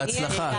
בהצלחה.